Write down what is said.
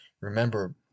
remember